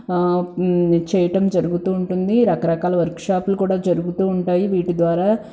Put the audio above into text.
చేయటం జరుగుతూ ఉంటుంది రకరకాల వర్క్షాప్లు కూడా జరుగుతూ ఉంటాయి వీటి ద్వారా